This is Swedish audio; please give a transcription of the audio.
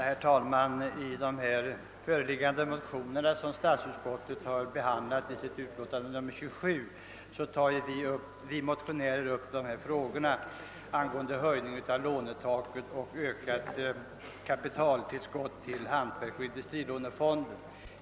Herr talman! I föreliggande motioner som statsutskottet har behandlat i sitt utlåtande nr 27 tar vi motionärer upp frågorna angående höjning av lånetaket och ökat kapitaltillskott till hantverksoch industrilånefonden.